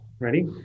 Ready